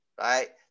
right